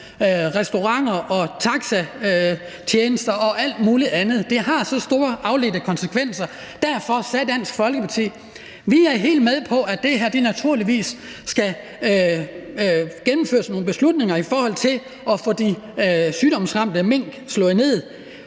restauranter og bruger taxatjenester og alt muligt andet. Det har så store afledte konsekvenser, og derfor sagde Dansk Folkeparti: Vi er helt med på, at der her naturligvis skal gennemføres nogle beslutninger i forhold til at få de sygdomsramte mink slået ned,